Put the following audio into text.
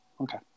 Okay